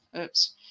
oops